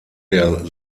der